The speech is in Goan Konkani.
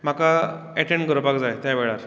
म्हाका एटेंड करपाक जाय त्या वेळार